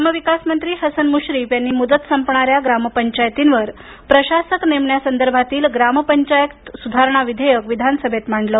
ग्रामविकास मंत्री हसन मुश्रीफ यांनी मुदत संपणाऱ्या ग्रामपंचायतींवर प्रशासक नेमण्या संदर्भातील ग्रामपंचायत सुधारणा विधेयक विधानसभेत मांडलं